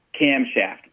camshaft